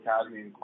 Academy